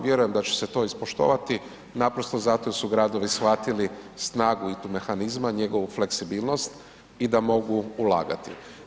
Vjerujem da će se to ispoštovati naprosto zato što su gradovi shvatili snagu ITU mehanizma, njegovu fleksibilnosti i da mogu ulagati.